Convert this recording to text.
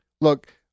Look